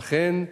"אכן,